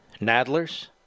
Nadlers